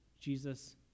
Jesus